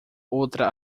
outra